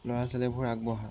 ল'ৰা ছোৱালীবোৰ আগবঢ়া